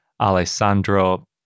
Alessandro